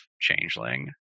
Changeling